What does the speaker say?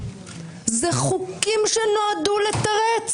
זה חוקים שנועדו לתרץ,